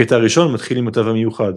הקטע הראשון מתחיל עם התו המיוחד.